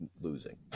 losing